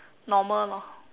normal lor